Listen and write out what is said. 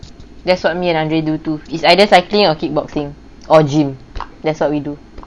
that's what me and andre do too it's either cycling or kickboxing or gym that's what we do